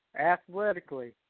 athletically